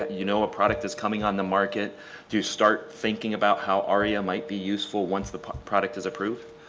yeah you know a product is coming on the market do you start thinking about how aria might be useful once the product is approved?